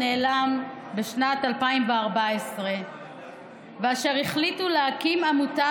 נעלם בשנת 2014 ואשר החליטה להקים עמותה